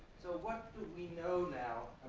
so what to we know now,